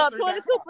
22